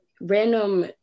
random